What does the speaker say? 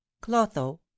Clotho